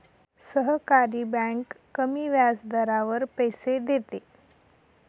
सहकारी बँक कमी व्याजदरावर पैसे देते